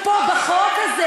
הנה, האחריות שלנו פה, בחוק הזה.